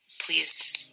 please